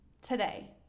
today